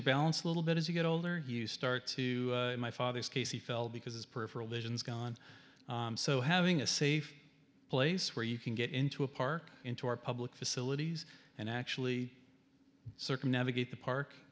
your balance a little bit as you get older you start to my father's case he fell because his per for allision is gone so having a safe place where you can get into a park into our public facilities and actually circle navigate the park